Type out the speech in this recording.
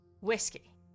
Whiskey